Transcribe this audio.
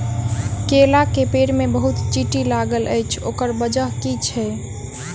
केला केँ पेड़ मे बहुत चींटी लागल अछि, ओकर बजय की छै?